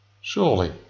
Surely